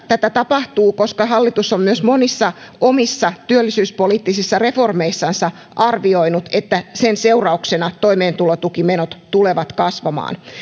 tätä tapahtuu koska hallitus on myös monissa omissa työllisyyspoliittisissa reformeissansa arvioinut että sen seurauksena toimeentulotukimenot tulevat kasvamaan